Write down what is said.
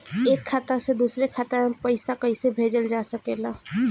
एक खाता से दूसरे खाता मे पइसा कईसे भेजल जा सकेला?